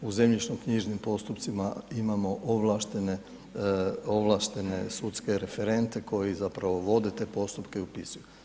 U zemljišnoknjižnim postupcima imamo ovlaštene sudske referente koji zapravo vode te postupke i upisuju.